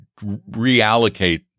reallocate